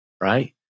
right